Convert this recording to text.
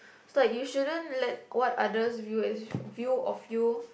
stop you shouldn't let what others view as view of you